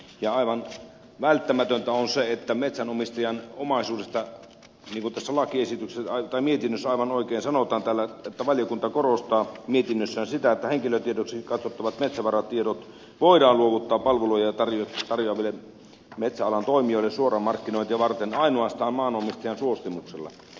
ja aivan välttämätöntä on se että metsänomistajan omaisuudesta säädetään niin kuin tässä mietinnössä aivan oikein sanotaan että valiokunta korostaa mietinnössään sitä että henkilötiedoiksi katsottavat metsävaratiedot voidaan luovuttaa palveluja tarjoaville metsäalan toimijoille suoramarkkinointia varten ainoastaan maanomistajan suostumuksella